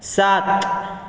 सात